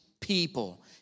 people